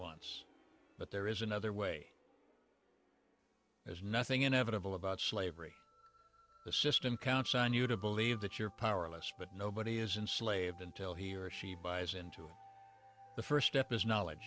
wants but there is another way as nothing inevitable about slavery the system counts on you to believe that you're powerless but nobody is in slaved until he or she buys into the first step is knowledge